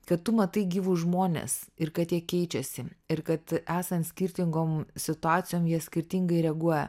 kad tu matai gyvus žmones ir kad jie keičiasi ir kad esant skirtingom situacijom jie skirtingai reaguoja